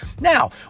Now